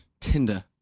Tinder